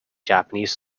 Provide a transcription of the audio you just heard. japanese